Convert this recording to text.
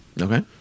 Okay